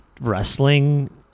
wrestling